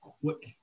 quick